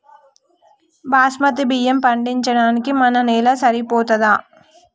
బాస్మతి బియ్యం పండించడానికి మన నేల సరిపోతదా?